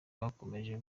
bakomeje